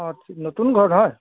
অঁ নতুন ঘৰ নহয়